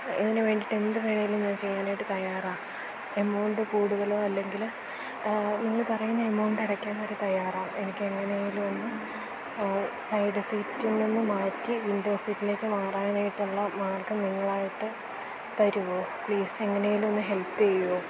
ഇതിന് വേണ്ടിയിട്ട് എന്ത് വേണമെങ്കിലും ഞാൻ ചെയ്യാനായിട്ട് തയ്യാറാണ് എമൗണ്ട് കൂടുതലോ അല്ലെങ്കിൽ നിങ്ങൾ പറയുന്ന എമൗണ്ട് അടയ്ക്കാനായിട്ട് തയ്യാറാണ് എനിക്ക് എങ്ങനെയെങ്കിലും ഒന്ന് സൈഡ് സീറ്റിൽ നിന്ന് മാറ്റി വിൻഡോ സീറ്റിലേക്ക് മാറാനായിട്ടുള്ള മാർഗം നിങ്ങളായിട്ട് തരുമോ പ്ലീസ് എങ്ങനെയെങ്കിലും ഒന്ന് ഹെൽപ്പ് ചെയ്യുമോ